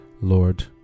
lord